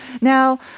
Now